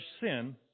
sin